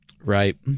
Right